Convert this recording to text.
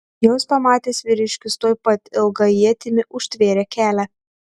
juos pamatęs vyriškis tuoj pat ilga ietimi užtvėrė kelią